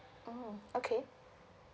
mm okay